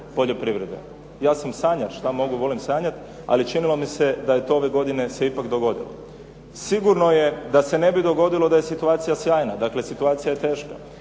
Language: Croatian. poljoprivrede. Ja sam sanjao, šta mogu, volim sanjati, ali činilo mi se da je to ove godine se ipak dogodilo. Sigurno je da se ne bi dogodilo da je situacija sjajna, dakle, situacija je teška,